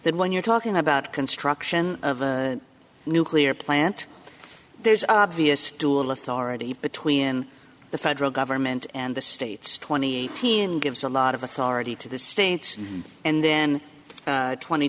that when you're talking about construction of a nuclear plant there's obvious dual authority between the federal government and the states twenty eighteen gives a lot of authority to the states and then twenty